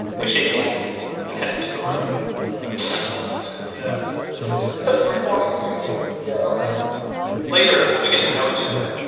we shake hands and head into the room welcome to the yeah digs the recording studio yeah all right later, when we get to know each other,